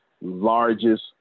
largest